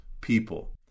people